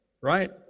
Right